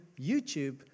YouTube